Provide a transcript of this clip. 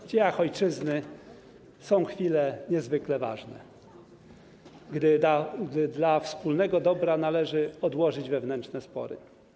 W dziejach ojczyzny są chwile niezwykle ważne, gdy dla wspólnego dobra należy odłożyć wewnętrzne spory.